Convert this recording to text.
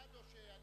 אדוני היושב-ראש,